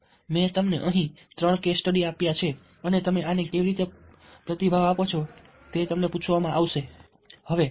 તેથી મેં તમને ત્રણ કેસ સ્ટડીઝ આપ્યા છે અને તમે આને કેવી રીતે પ્રતિભાવ આપો છો તે તમને પૂછવામાં આવશે